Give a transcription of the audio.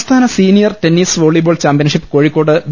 സംസ്ഥാന senior tennis volleyball championship Kozhikode V